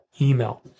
email